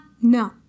No